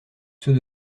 ceux